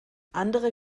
andere